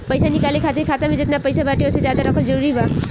पईसा निकाले खातिर खाता मे जेतना पईसा बाटे ओसे ज्यादा रखल जरूरी बा?